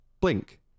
Blink